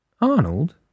Arnold